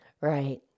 Right